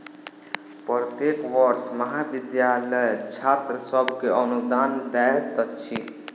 प्रत्येक वर्ष महाविद्यालय छात्र सभ के अनुदान दैत अछि